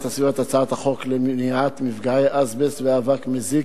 הסביבה את הצעת החוק למניעת מפגעי אסבסט ואבק מזיק,